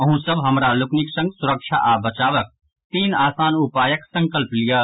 अहूँ सब हमरा लोकनिक संग सुरक्षा आ बचावक तीन आसान उपायक संकल्प लियऽ